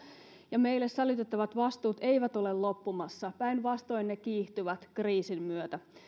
ja meille sälytettävät vastuut eivät ole loppumassa päinvastoin ne kiihtyvät kriisin myötä